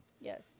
Yes